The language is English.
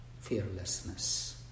fearlessness